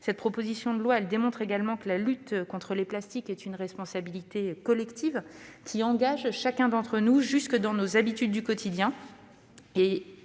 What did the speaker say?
Votre texte démontre aussi que la lutte contre les plastiques est une responsabilité collective qui engage chacun d'entre nous, jusque dans nos habitudes quotidiennes.